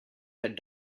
had